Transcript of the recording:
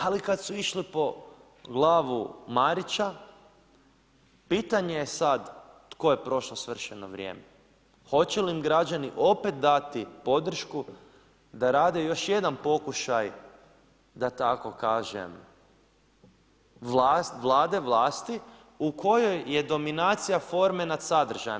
Ali kada su išli po glavu Marića, pitanje je sada tko je prošlo svršeno vrijeme. hoće li im građani opet dati podršku da rade još jedan pokušaj da tako kažem, vlade, vlasti u kojoj je dominacija forme nad sadržajem.